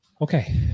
Okay